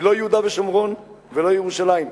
ולא ירושלים.